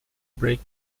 break